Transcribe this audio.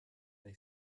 they